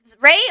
Ray